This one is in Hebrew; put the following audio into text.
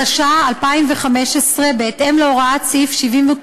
התשע"ה 2015. תציג את הצעת